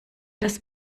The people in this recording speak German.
das